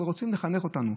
ורוצים לחנך אותנו.